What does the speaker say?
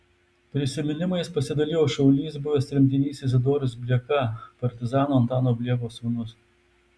prisiminimais pasidalijo šaulys buvęs tremtinys izidorius blieka partizano antano bliekos sūnus